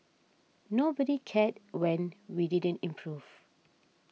nobody cared when we didn't improve